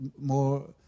More